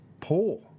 poor